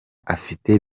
afite